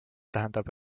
tähendab